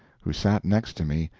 who sat next to me,